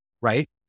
right